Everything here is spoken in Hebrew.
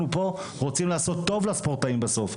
פה רוצים לעשות טוב לספורטאים בסוף,